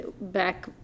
back